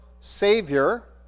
savior